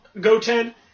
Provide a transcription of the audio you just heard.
Goten